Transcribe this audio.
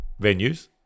venues